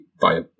via